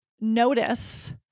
Notice